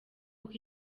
kuko